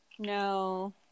No